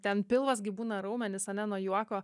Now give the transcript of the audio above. ten pilvas gi būna raumenys ane nuo juoko